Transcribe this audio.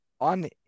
on